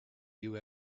you